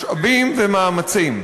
משאבים ומאמצים.